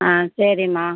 ஆ சரிம்மா